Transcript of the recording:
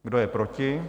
Kdo je proti?